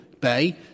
Bay